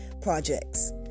projects